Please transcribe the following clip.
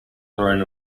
throne